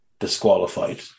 Disqualified